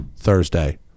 Thursday